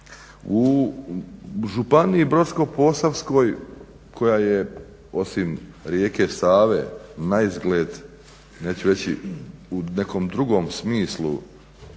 U županiji Brodsko-posavskoj koja je osim rijeke Save naizgled neću reći u nekom drugom smislu